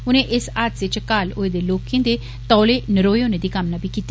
उनें इस हादसे च घायल होए दे लोकें दे तौले नरोए होने दी कामना बी कीती